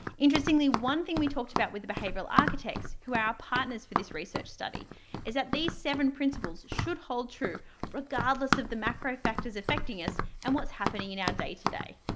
interestingly, one thing we talked about with the behavioral architects who are our partners for this research study is that these seven principles should hold true regardless of the macro factors affecting us and what's happening in our day to day.